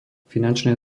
finančné